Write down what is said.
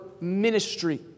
ministry